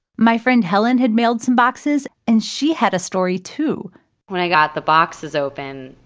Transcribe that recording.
my friend helen had mailed some boxes, and she had a story too when i got the boxes open,